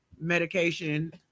medication